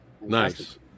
Nice